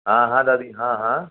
हा हा दादी हा हा